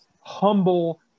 humble